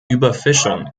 überfischung